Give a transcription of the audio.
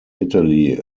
italy